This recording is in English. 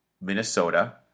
Minnesota